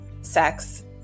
sex